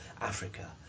Africa